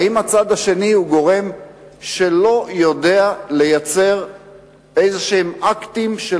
האם הצד השני הוא גורם שלא יודע לייצר אקטים של